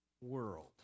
world